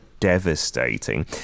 devastating